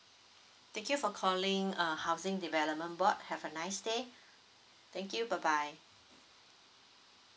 thank you for calling uh housing development board have a nice day thank you bye bye